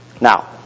Now